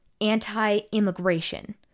anti-immigration